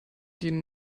gehen